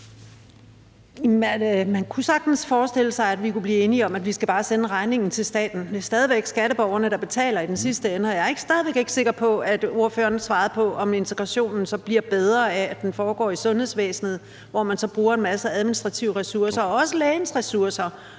Man kunne sagtens forestille sig, at vi kunne blive enige om, at vi bare skal sende regningen til staten. Men det er stadig væk skatteborgerne, der betaler i den sidste ende. Og jeg er stadig væk ikke sikker på, at ordføreren svarede på, om integrationen så bliver bedre af, at den foregår i sundhedsvæsenet, hvor man så bruger en masse administrative ressourcer – også lægens ressourcer